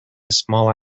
small